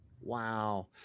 Wow